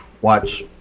watch